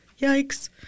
yikes